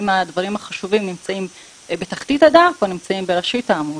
האם הדברים החשובים נמצאים בתחתית הדף או נמצאים בראשית העמוד.